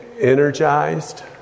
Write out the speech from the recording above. energized